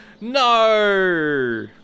No